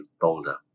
Boulder